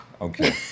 Okay